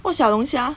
!wah! 小龙虾